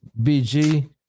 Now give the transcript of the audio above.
BG